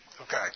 Okay